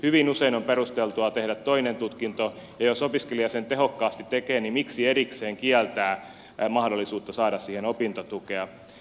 hyvin usein on perusteltua tehdä toinen tutkinto ja jos opiskelija sen tehokkaasti tekee niin miksi erikseen kieltää mahdollisuutta saada siihen opintotukea